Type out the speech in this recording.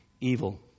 evil